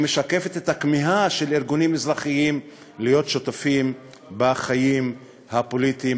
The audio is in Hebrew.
שמשקפת את הכמיהה של ארגונים אזרחיים להיות שותפים בחיים הפוליטיים,